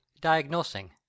diagnosing